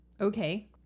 Okay